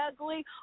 ugly